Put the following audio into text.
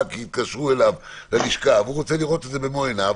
כי התקשרו אליו ללשכה והוא רוצה לראות את זה במו עיניו,